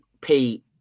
pay